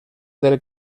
del